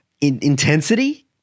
Intensity